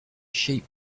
sheep